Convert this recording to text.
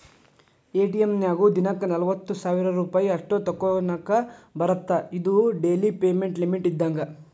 ATM ನ್ಯಾಗು ದಿನಕ್ಕ ನಲವತ್ತ ಸಾವಿರ್ ರೂಪಾಯಿ ಅಷ್ಟ ತೋಕೋನಾಕಾ ಬರತ್ತಾ ಇದು ಡೆಲಿ ಪೇಮೆಂಟ್ ಲಿಮಿಟ್ ಇದ್ದಂಗ